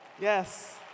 Yes